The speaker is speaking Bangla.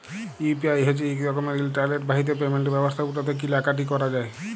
ইউ.পি.আই হছে ইক রকমের ইলটারলেট বাহিত পেমেল্ট ব্যবস্থা উটতে কিলা কাটি ক্যরা যায়